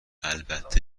البته